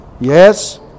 Yes